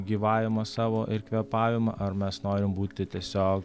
gyvavimą savo ir kvėpavimą ar mes norim būti tiesiog